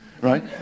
right